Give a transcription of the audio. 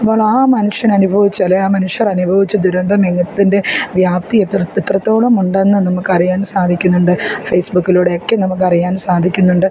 അപ്പോൾ ആ മനുഷ്യൻ അനുഭവിച്ച അല്ലേ ആ മനുഷ്യർ അനുഭവിച്ച ദുരന്തം വിപത്തിൻ്റെ വ്യാപ്തി എത്രത്തോളം ഉണ്ടെന്ന് നമുക്ക് അറിയാൻ സാധിക്കുന്നുണ്ട് ഫേസ്ബുക്കിലൂടെ ഒക്കെ നമുക്ക് അറിയാൻ സാധിക്കുന്നുണ്ട്